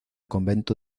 convento